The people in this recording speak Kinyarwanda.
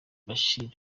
bashir